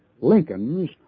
Lincolns